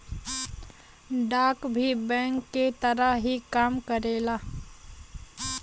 डाक भी बैंक के तरह ही काम करेला